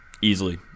easily